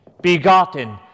begotten